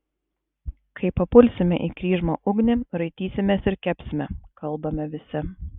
kai papulsime į kryžmą ugnį raitysimės ir kepsime kalbame visi